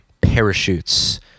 parachutes